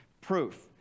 Proof